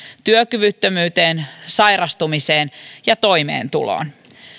työkyvyttömyyteen sairastumiseen ja toimeentuloon